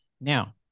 now